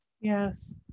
Yes